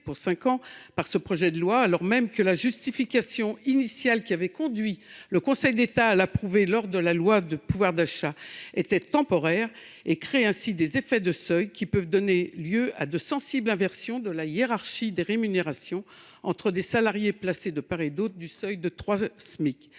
pour cinq ans par ce projet de loi, alors même que la justification initiale qui avait conduit le Conseil d’État à l’approuver lors de la loi Pouvoir d’achat était temporaire, crée des effets de seuil qui peuvent donner lieu à de sensibles inversions de la hiérarchie des rémunérations entre des salariés placés de part et d’autre du seuil de trois